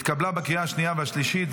התקבלה בקריאה השנייה והשלישית,